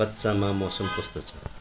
कच्छमा मौसम कस्तो छ